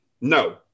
No